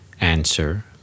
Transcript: answer